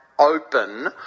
Open